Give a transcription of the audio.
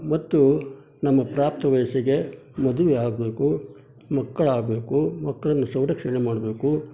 ಮತ್ತು ನಮ್ಮ ಪ್ರಾಪ್ತ ವಯಸ್ಸಿಗೆ ಮದುವೆ ಆಗಬೇಕು ಮಕ್ಕಳಾಗಬೇಕು ಮಕ್ಕಳನ್ನು ಸಂರಕ್ಷಣೆ ಮಾಡಬೇಕು